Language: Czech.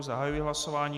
Zahajuji hlasování.